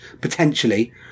potentially